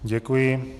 Děkuji.